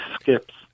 skips